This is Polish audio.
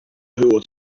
było